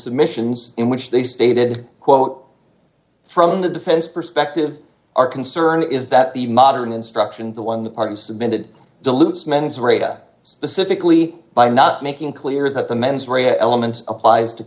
submissions in which they stated quote from the defense perspective our concern is that the modern instruction the one the part of submitted dilutes men's reda specifically by not making clear that the mens rea element applies to